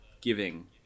giving